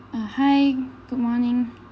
uh hi good morning